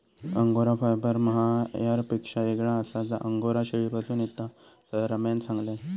angora fibre मोहायरपेक्षा येगळा आसा जा अंगोरा शेळीपासून येता, असा रम्यान सांगल्यान